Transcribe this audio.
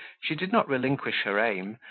she did not relinquish her aim,